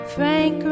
Frank